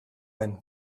den